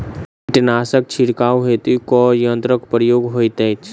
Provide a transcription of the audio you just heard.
कीटनासक छिड़काव हेतु केँ यंत्रक प्रयोग होइत अछि?